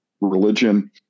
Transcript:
Religion